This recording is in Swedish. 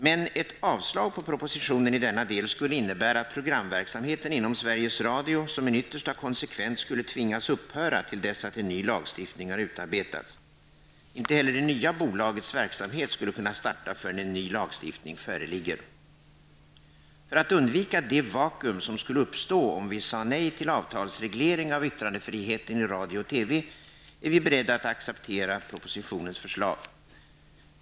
Men ett avslag på propositionen i denna del skulle innebära att programverksamheten inom Sveriges Radio som en yttersta konsekvens skulle tvingas upphöra till dess att en ny lagstiftning har utarbetats. Inte heller det nya bolagets verksamhet skulle kunna starta förrän ny lagstiftning föreligger. För att undvika det vakuum som skulle uppstå om vi sade nej till avtalsreglering av yttrandefriheten i radio och TV är vi beredda att acceptera propositionens förslag.